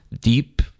deep